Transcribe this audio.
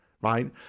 right